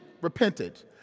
repented